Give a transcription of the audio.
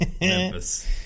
Memphis